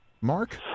Mark